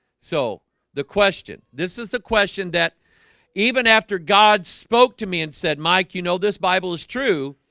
so the question this is the question that even after god spoke to me and said mike, you know, this bible is true.